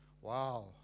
Wow